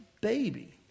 baby